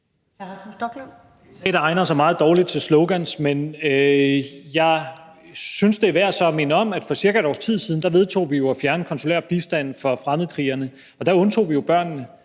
Hr. Rasmus Stoklund.